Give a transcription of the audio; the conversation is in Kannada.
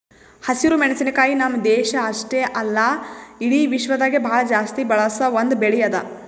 ಹಸಿರು ಮೆಣಸಿನಕಾಯಿ ನಮ್ಮ್ ದೇಶ ಅಷ್ಟೆ ಅಲ್ಲಾ ಇಡಿ ವಿಶ್ವದಾಗೆ ಭಾಳ ಜಾಸ್ತಿ ಬಳಸ ಒಂದ್ ಬೆಳಿ ಅದಾ